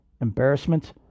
embarrassment